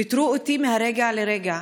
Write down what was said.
פיטרו אותי מרגע לרגע,